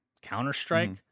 Counter-Strike